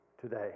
today